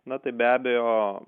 na tai be abejo